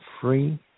free